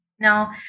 Now